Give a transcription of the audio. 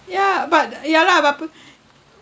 ya but ya lah but po~